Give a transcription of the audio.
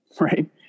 right